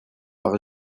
par